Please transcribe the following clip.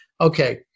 okay